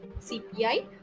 CPI